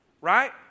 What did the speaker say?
Right